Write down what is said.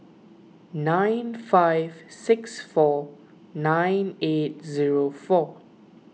nine five six four nine eight zero four